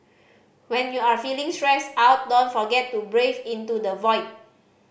when you are feeling stressed out don't forget to breathe into the void